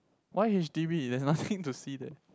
why h_d_b there's nothing to see there